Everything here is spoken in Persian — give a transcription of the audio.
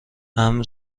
امن